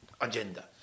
agenda